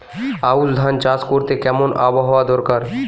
আউশ ধান চাষ করতে কেমন আবহাওয়া দরকার?